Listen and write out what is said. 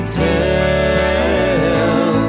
tell